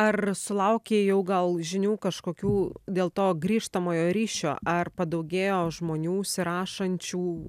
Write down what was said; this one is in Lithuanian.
ar sulaukei jau gal žinių kažkokių dėl to grįžtamojo ryšio ar padaugėjo žmonių užsirašančių